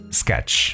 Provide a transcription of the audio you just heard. sketch